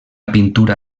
pintura